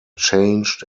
changed